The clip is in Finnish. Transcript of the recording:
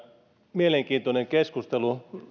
mielenkiintoinen keskustelu